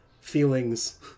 feelings